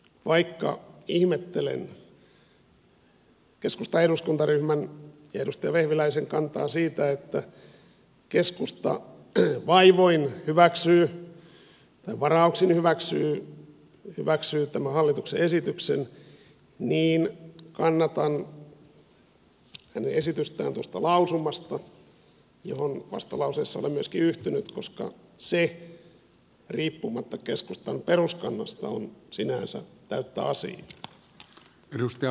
vaikka ihmettelen keskustan eduskuntaryhmän ja edustaja vehviläisen kantaa siitä että keskusta vaivoin hyväksyy tai varauksin hyväksyy tämän hallituksen esityksen niin kannatan hänen esitystään tuosta lausumasta johon myöskin vastalauseessa olen yhtynyt koska se riippumatta keskustan peruskannasta on sinänsä täyttä asiaa